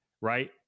right